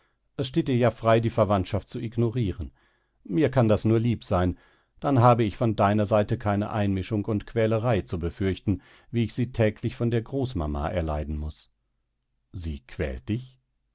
es steht dir ja frei die verwandtschaft zu ignorieren mir kann das nur lieb sein dann habe ich von deiner seite keine einmischung und quälerei zu befürchten wie ich sie täglich von der großmama erleiden muß sie quält dich